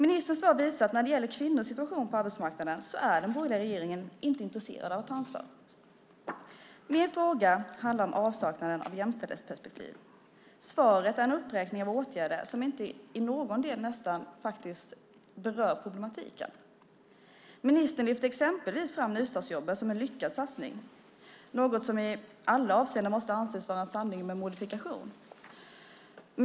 Ministerns svar visar att den borgerliga regeringen inte är intresserad att ta ansvar när det gäller kvinnors situation på arbetsmarknaden. Min fråga handlar om avsaknaden av jämställdhetsperspektiv. Svaret är en uppräkning av åtgärder som nästan inte till någon del faktiskt berör problematiken. Ministern lyfter exempelvis fram nystartsjobben som en lyckad satsning, något som i alla avseenden måste anses vara en sanning med modifikation.